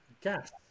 gas